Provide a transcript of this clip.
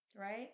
Right